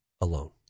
alone